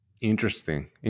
Interesting